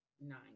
Nine